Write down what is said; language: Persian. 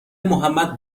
محمد